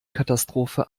katastrophe